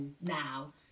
now